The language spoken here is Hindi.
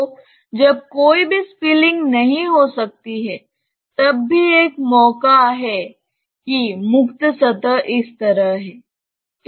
तो जब कोई स्पिलिंग नहीं हो सकती है तब भी एक मौका है कि मुक्त सतह इस तरह है